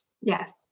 Yes